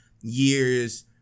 years